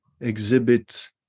exhibit